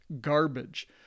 garbage